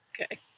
Okay